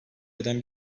eden